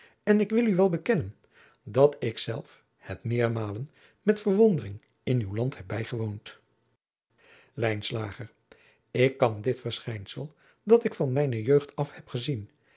en ik wil u wel bekennen dat ik zelf het meermalen met verwondering in uw land heb bijgewoond lijnslager ik kan dit verschijnsel dat ik van mijne jeugd af heb gezien